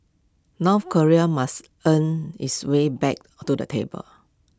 North Korea must earn its way back to the table